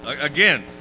Again